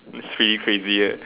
this pretty crazy right